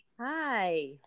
Hi